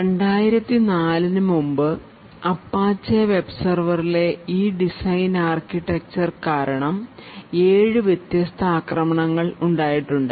2004 ന് മുമ്പ് അപ്പാച്ചെ വെബ്സെർവറിലെ ഈ ഡിസൈൻ ആർക്കിടെക്ചർ കാരണം ഏഴ് വ്യത്യസ്ത ആക്രമണങ്ങൾ ഉണ്ടായിട്ടുണ്ട്